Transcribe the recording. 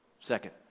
Second